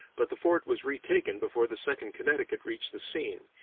but the fort was retaken before the second connecticut reached the scene,